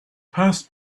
passed